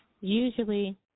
usually